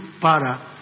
Para